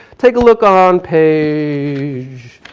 take a look on page,